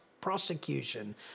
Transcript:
prosecution